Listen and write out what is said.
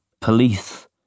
police